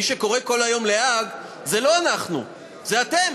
מי שקורא כל היום להאג זה לא אנחנו, זה אתם.